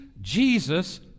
Jesus